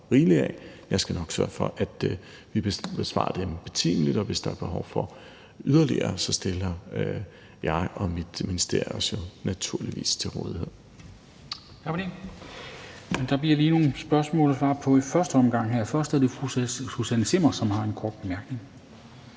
jeg skal nok sørge for, at vi besvarer dem betimeligt, og hvis der er behov for yderligere, stiller jeg og mit ministerium os naturligvis til rådighed. Kl. 22:08 Formanden (Henrik Dam Kristensen): Tak for det. Der bliver lige nogle spørgsmål at svare på i første omgang. Først er det fru Susanne Zimmer, som har en kort bemærkning.